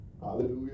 Hallelujah